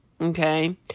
okay